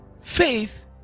faith